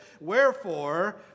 Wherefore